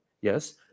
Yes